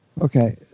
Okay